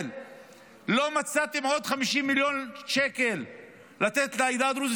לא מצאתם עוד 50 מיליון שקל לתת לעדה הדרוזית?